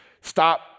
Stop